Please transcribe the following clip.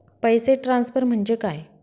पैसे ट्रान्सफर म्हणजे काय?